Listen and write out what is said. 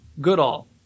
Goodall